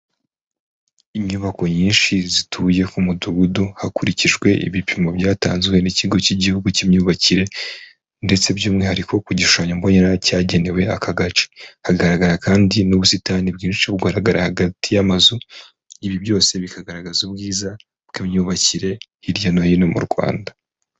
Inyubako nyinshi zituye ku mudugudu hakurikijwe ibipimo byatanzwe n'ikigo cy'igihugu cy'imyubakire ndetse by'umwihariko ku gishushanyo mbonera cyagenewe aka gace, hagaragara kandi n'ubusitani bwinshi bugaragara hagati y'amazu, ibi byose bikagaragaza ubwiza bw'imyubakire hirya no hino mu Rwanda.